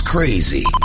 Crazy